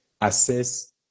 assess